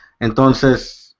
Entonces